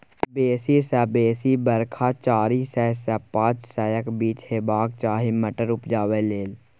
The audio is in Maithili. बेसी सँ बेसी बरखा चारि सय सँ पाँच सयक बीच हेबाक चाही मटर उपजाबै लेल